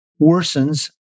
worsens